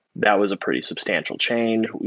that was a pretty substantial change.